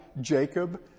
Jacob